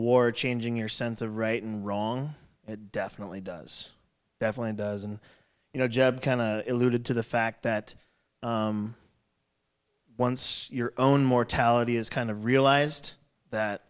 war changing your sense of right and wrong it definitely does definitely does and you know jeb kind of alluded to the fact that once your own mortality is kind of realized that